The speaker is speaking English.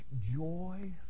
joy